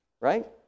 right